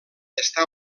està